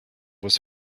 was